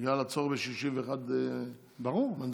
בגלל הצורך ב-61 מנדטים.